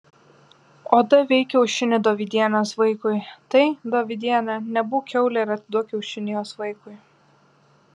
o davei kiaušinį dovydienės vaikui tai dovydiene nebūk kiaulė ir atiduok kiaušinį jos vaikui